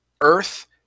Earth